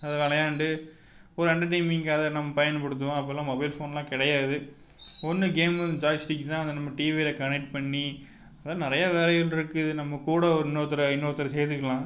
அது விளையாண்டு ஒரு ரெண்டு டைம் இங்கே அதை நம்ம பயன்படுத்துவோம் அப்போல்லாம் மொபைல் ஃபோன்லாம் கிடையாது ஒன்று கேம்மு இந்த ஜாய்ஸ்டிக் தான் நம்ம அத டிவியில் கனெக்ட் பண்ணி அதெலாம் நிறையா வேலைகள் இருக்குது நம்ம கூட இன்னொருத்தர் இன்னொருத்தரை சேர்த்துக்கலாம்